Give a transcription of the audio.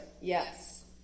yes